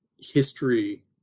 history